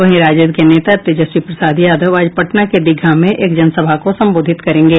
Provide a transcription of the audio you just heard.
वहीं राजद के नेता तेजस्वी प्रसाद यादव आज पटना के दीघा में एक जनसभा को संबोधित करेंगे